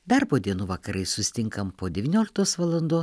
darbo dienų vakarais susitinkam po devynioliktos valandos